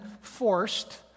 forced